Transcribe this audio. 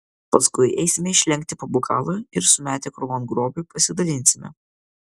paskui eisime išlenkti po bokalą ir sumetę krūvon grobį pasidalinsime